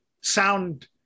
sound